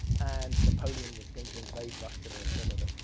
and napoleon was going to invade russia and duh, and duh,